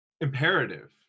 imperative